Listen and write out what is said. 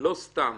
לא סתם,